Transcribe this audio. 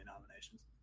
nominations